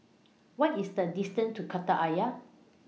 What IS The distance to Kreta Ayer